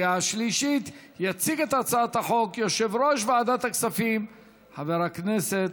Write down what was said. ותיכנס לספר החוקים של מדינת ישראל.